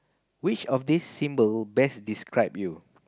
which of these symbol best describe you